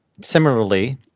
similarly